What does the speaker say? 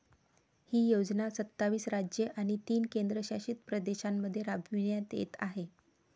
ही योजना सत्तावीस राज्ये आणि तीन केंद्रशासित प्रदेशांमध्ये राबविण्यात येत आहे